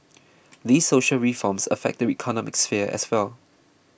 these social reforms affect the economic sphere as well